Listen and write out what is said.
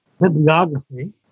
bibliography